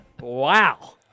Wow